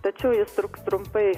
tačiau jis truks trumpai